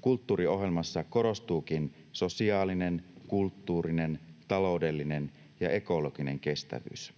Kulttuuriohjelmassa korostuukin sosiaalinen, kulttuurinen, taloudellinen ja ekologinen kestävyys.